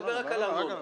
אני מדבר רק על ארנונה.